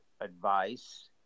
advice